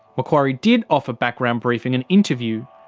macquarie did offer background briefing an interview,